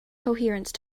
coherence